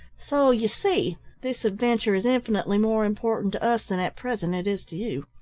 so you see this adventure is infinitely more important to us than at present it is to you.